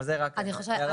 אבל זו רק הערת ביניים.